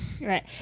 Right